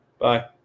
Bye